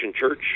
Church